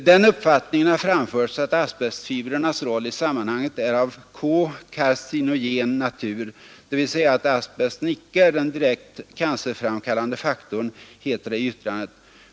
”Den uppfattningen har framförts att asbestfibrernas roll i sammanhanget är av cocarcinogen natur, dvs. att asbesten icke är den direkt cancerframkallande faktorn”, heter det i yttrandet.